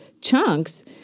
chunks